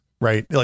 right